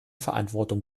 verantwortung